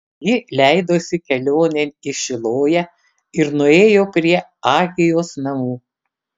ji leidosi kelionėn į šiloją ir nuėjo prie ahijos namų